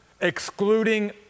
excluding